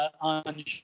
on